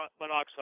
monoxide